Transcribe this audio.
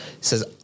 says